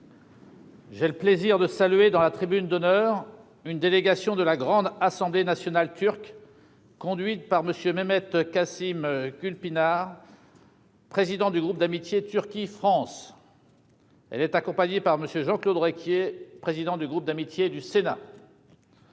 j'ai le plaisir de saluer, dans la tribune d'honneur, une délégation de la Grande Assemblée nationale turque conduite par M. Mehmet Kasım Gülpinar, président du groupe d'amitié Turquie-France. Elle est accompagnée par M. Jean-Claude Requier, président du groupe d'amitié du Sénat.